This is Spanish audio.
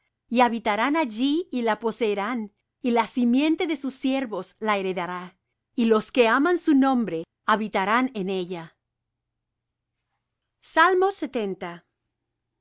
y habitarán allí y la poseerán y la simiente de sus siervos la heredará y los que aman su nombre habitarán en ella